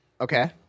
okay